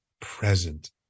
present